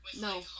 No